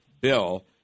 bill